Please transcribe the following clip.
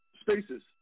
spaces